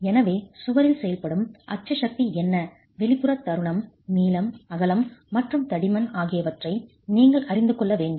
எனவே சுவரில் செயல்படும் அச்சு சக்தி என்ன வெளிப்புற தருணம் நீளம் அகலம் மற்றும் தடிமன் ஆகியவற்றை நீங்கள் அறிந்து கொள்ள வேண்டும்